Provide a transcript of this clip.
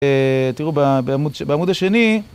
תראו בעמוד השני.